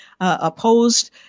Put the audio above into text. opposed